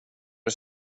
det